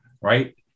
right